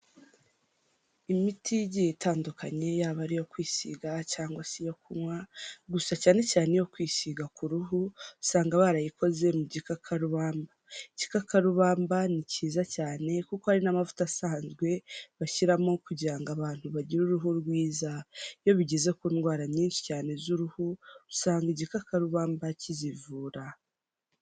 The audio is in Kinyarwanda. Imiti igiye itandukanye yaba ari iyo kwisiga cyangwa se iyo kunywa, gusa cyane cyane iyo kwisiga ku ruhu usanga barayikoze mu gikakarubamba. Igikakarubamba ni kiza cyane kuko hari n'amavuta asanzwe bashyiramo kugira ngo abantu bagire uruhu rwiza. Iyo bigeze ku ndwara nyinshi cyane z'uruhu, usanga igikakarubamba kizivura.